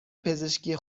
پزشکی